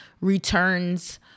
returns